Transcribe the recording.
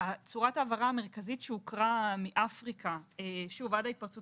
צורת ההעברה המרכזית שהוכרה מאפריקה עד ההתפרצות